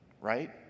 Right